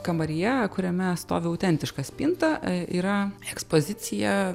kambaryje kuriame stovi autentiška spinta yra ekspozicija